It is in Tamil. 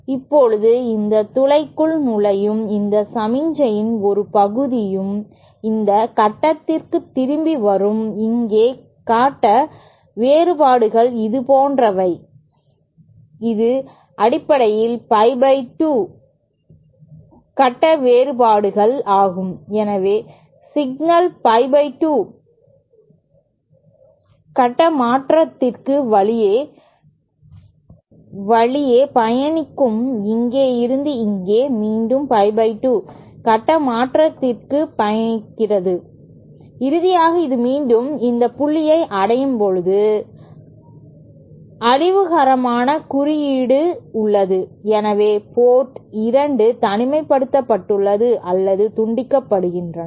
இப்போது இந்த துளைக்குள் நுழையும் இந்த சமிக்ஞையின் ஒரு பகுதியும் இந்த கட்டத்திற்குத் திரும்பி வரும் இங்கே கட்ட வேறுபாடுகள் இது போன்றவை இது அடிப்படையில் pie2 கட்டவேறுபாடுகள் ஆகும் எனவே சிக்னல் pie2 கட்டமாற்றத்திற்கு வழியே பயணிக்கும் இங்கே இருந்து இங்கே மீண்டும் pie2 கட்டமாற்றத்திற்கு பயணித்து இறுதியாக இது மீண்டும் இந்த புள்ளியை அடையும் போது அழிவுகரமான குறுக்கீடு உள்ளது எனவே போர்ட் 2 தனிமைப்படுத்தப்பட்டுள்ளது அல்லது துண்டிக்கப்படுகிறது